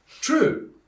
true